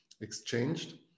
exchanged